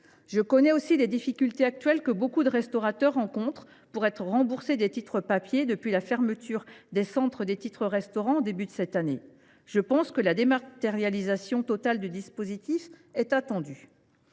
Je connais aussi les difficultés actuelles que nombre de restaurateurs rencontrent pour être remboursés des titres papier, depuis la fermeture des centres de traitement des titres restaurant au début de cette année. Je pense que la dématérialisation totale du dispositif est attendue.